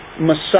Messiah